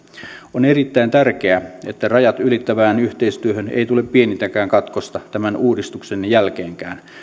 on erittäin tärkeää että rajat ylittävään yhteistyöhön ei tule pienintäkään katkosta tämän uudistuksen jälkeenkään